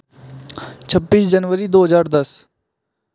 छब्बीस जनवरी दो हज़ार दस